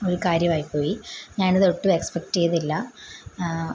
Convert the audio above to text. ഒരു കാര്യവായി പോയി ഞാനിതൊട്ടും എക്സ്പെക്ററ് ചെയ്തില്ല